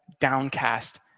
downcast